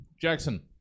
Jackson